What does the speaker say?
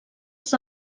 els